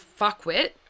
fuckwit